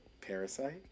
Parasite